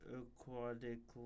aquatic